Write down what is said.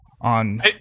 on